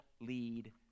lead